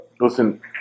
listen